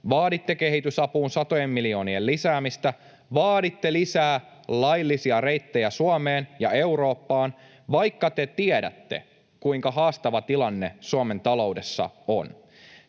vaaditte kehitysapuun satojen miljoonien lisäämistä, vaaditte lisää laillisia reittejä Suomeen ja Eurooppaan, vaikka te tiedätte, kuinka haastava tilanne Suomen taloudessa on.